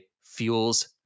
fuels